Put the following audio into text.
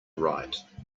write